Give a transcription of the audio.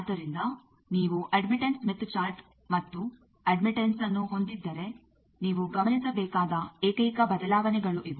ಆದ್ದರಿಂದ ನೀವು admittance Smith chart ಮತ್ತು ಅಡ್ಮಿಟ್ಟೆನ್ಸ್ಅನ್ನು ಹೊಂದಿದ್ದರೆನೀವು ಗಮನಿಸಬೇಕಾದ ಏಕೈಕ ಬದಲಾವಣೆಗಳು ಇವು